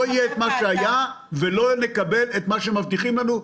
יהיה את מה שהיה וגם לא נקבל את מה שמבטיחים לנו.